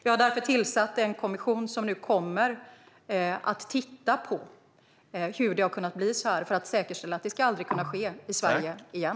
Vi har därför tillsatt en kommission som nu kommer att titta på hur det har kunnat bli så här för att säkerställa att det aldrig ska ske i Sverige igen.